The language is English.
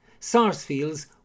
Sarsfields